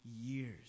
years